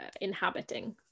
inhabiting